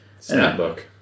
Snapbook